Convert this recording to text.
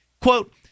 Quote